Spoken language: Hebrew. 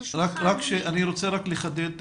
ברשותך, אדוני --- אני רק רוצה לחדד.